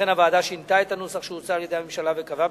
לכן הוועדה שינתה את הנוסח שהוצע על-ידי הממשלה וקבעה